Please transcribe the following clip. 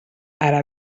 ara